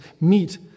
meet